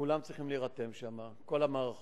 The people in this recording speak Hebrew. כולם צריכים להירתם שם, כל המערכות.